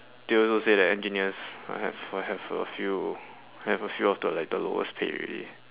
they also say that engineers might have might have a few they have a few of the like the lowest paid already